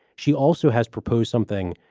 she also has proposed something.